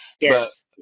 Yes